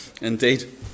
Indeed